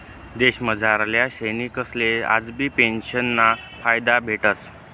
देशमझारल्या सैनिकसले आजबी पेंशनना फायदा भेटस